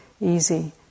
easy